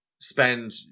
spend